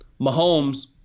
Mahomes